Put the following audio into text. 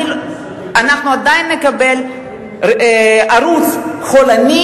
אנחנו עדיין נקבל ערוץ חולני,